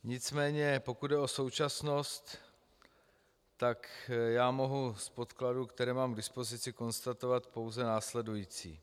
Nicméně pokud jde o současnost, mohu z podkladů, které mám k dispozici, konstatovat pouze následující: